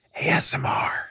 ASMR